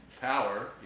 power